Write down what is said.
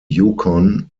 yukon